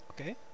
Okay